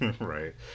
Right